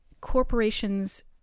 corporations